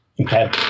Okay